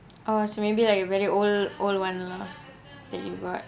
or is maybe like it very old old one lah that you got